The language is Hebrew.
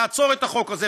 לעצור את החוק הזה,